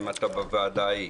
אם אתה בוועדה ההיא.